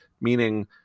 meaning